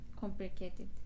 complicated